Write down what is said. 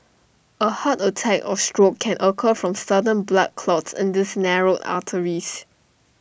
A heart attack or stroke can occur from sudden blood clots in these narrowed arteries